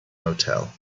motel